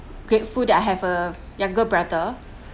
grateful that I have a younger brother